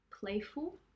Playful